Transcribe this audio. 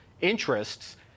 interests